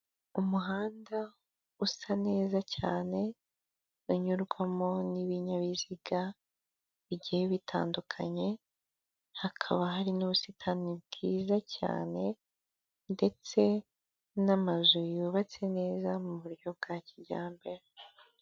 Umuhanda usa neza cyane unyurwamo n'ibinyabiziga bigiye bitandukanye hakaba hari n'ubusitani bwiza cyane ndetse n'amazu yubatse neza mu buryo bwa kijyambere.